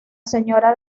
señora